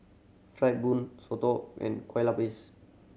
fried soto and kuih